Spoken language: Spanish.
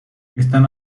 están